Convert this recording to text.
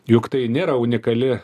juk tai nėra unikali